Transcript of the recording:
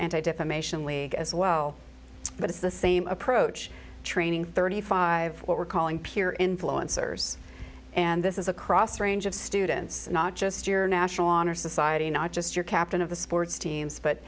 anti defamation league as well but it's the same approach training thirty five what we're calling peer influencers and this is across range of students not just your national honor society not just your captain of the sports teams but